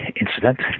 incident